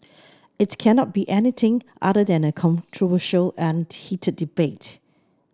it cannot be anything other than a controversial and heated debate